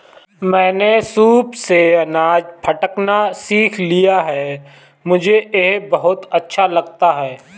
मैंने सूप से अनाज फटकना सीख लिया है मुझे यह बहुत अच्छा लगता है